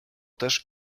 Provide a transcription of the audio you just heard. też